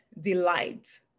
delight